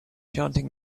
chanting